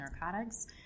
narcotics